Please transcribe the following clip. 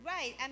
Right